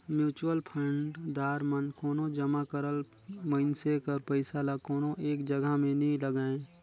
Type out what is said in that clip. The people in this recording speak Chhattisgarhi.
म्युचुअल फंड दार मन कोनो जमा करल मइनसे कर पइसा ल कोनो एक जगहा में नी लगांए